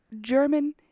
German